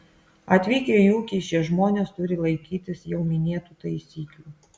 atvykę į ūkį šie žmonės turi laikytis jau minėtų taisyklių